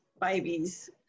babies